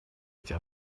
эти